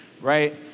right